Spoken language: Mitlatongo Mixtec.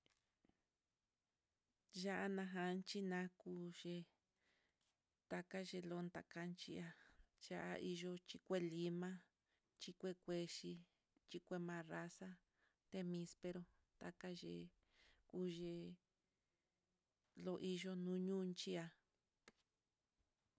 Ya'á najan najanchina'a kuxhi takaxhilon ndakanxhi'á, chi'a yuchí kue lima xhikue kuexhi, xhikue marraza, te mispero takayii, uyii lu hí yo'o nuñunchi'a.